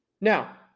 Now